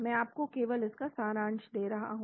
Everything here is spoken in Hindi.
मैं आपको केवल इसका सारांश दे रहा हूं